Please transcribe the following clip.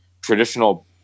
traditional